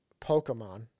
Pokemon